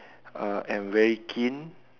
uh am very keen